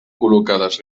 col·locades